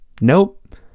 Nope